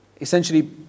Essentially